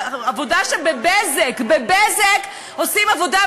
עבודה ב"בזק" ב"בזק" עושים עבודה,